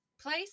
place